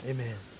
Amen